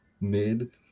mid-